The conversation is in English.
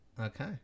Okay